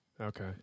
Okay